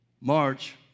March